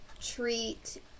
treat